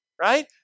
Right